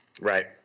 Right